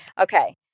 Okay